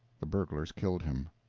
the burglars killed him.